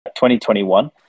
2021